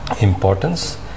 importance